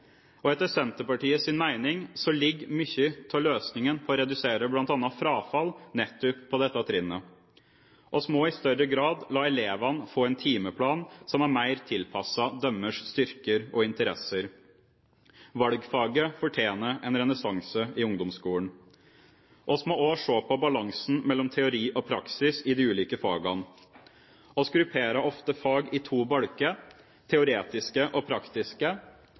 våren. Etter Senterpartiets mening ligger mye av løsningen på å redusere bl.a. frafall nettopp på dette trinnet. Vi må i større grad la elevene få en timeplan som er mer tilpasset deres styrker og interesser. Valgfaget fortjener en renessanse i ungdomsskolen. Vi må også se på balansen mellom teori og praksis i de ulike fagene. Vi grupperer ofte fag i to bolker – teoretiske og praktiske